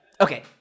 Okay